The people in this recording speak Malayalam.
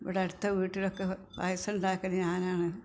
ഇവിടെ അടുത്ത വീട്ടിലൊക്കെ പായസം ഉണ്ടാക്കൽ ഞാൻ ആണ്